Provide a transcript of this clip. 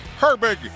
Herbig